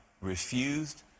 refused